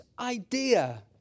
idea